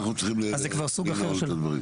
אז כבר סוג אחר.